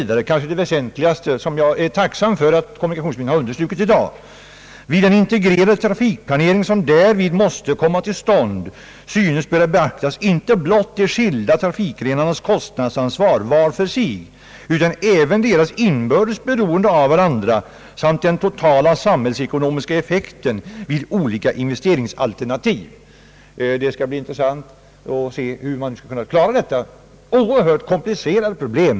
Det kanske allra väsentligaste, som jag är tacksam för att kommunikationsministern nu har un derstrukit, är följande uttalande: »Vid den integrerade trafikplanering som därvid måste komma till stånd synes böra beaktas inte blott de skilda trafikgrenarnas kostnadsansvar var för sig utan även deras inbördes beroende av varandra samt den totala samhällsekonomiska effekten vid olika investeringsalternativ.» Det skall bli intressant att se hur man skall kunna klara detta oerhört komplicerade problem.